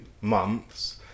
months